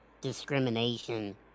discrimination